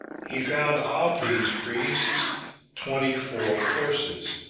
he found of these priests twenty-four courses,